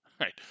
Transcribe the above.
right